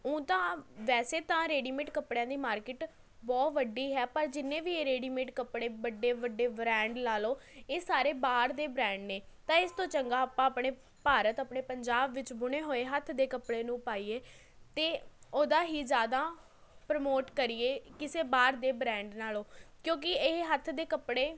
ਊਂ ਤਾਂ ਵੈਸੇ ਤਾਂ ਰੈਡੀਮੇਡ ਕੱਪੜਿਆਂ ਦੀ ਮਾਰਕੀਟ ਬਹੁਤ ਵੱਡੀ ਹੈ ਪਰ ਜਿੰਨੇ ਵੀ ਇਹ ਰੇਡੀਮੇਡ ਕੱਪੜੇ ਵੱਡੇ ਵੱਡੇ ਬ੍ਰੈਂਡ ਲਾ ਲਉ ਇਹ ਸਾਰੇ ਬਾਹਰ ਦੇ ਬ੍ਰੈਂਡ ਨੇ ਤਾਂ ਇਸ ਤੋਂ ਚੰਗਾ ਆਪਾਂ ਆਪਣੇ ਭਾਰਤ ਆਪਣੇ ਪੰਜਾਬ ਵਿੱਚ ਬੁਣੇ ਹੋਏ ਹੱਥ ਦੇ ਕੱਪੜੇ ਨੂੰ ਪਾਈਏ ਅਤੇ ਉਹਦਾ ਹੀ ਜ਼ਿਆਦਾ ਪ੍ਰਮੋਟ ਕਰੀਏ ਕਿਸੇ ਬਾਹਰ ਦੇ ਬ੍ਰੈਂਡ ਨਾਲ਼ੋਂ ਕਿਉਂਕਿ ਇਹ ਹੱਥ ਦੇ ਕੱਪੜੇ